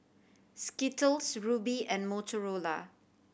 Skittles Rubi and Motorola